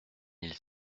mille